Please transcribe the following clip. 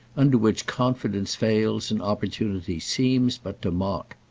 under which confidence fails and opportunity seems but to mock.